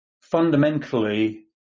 fundamentally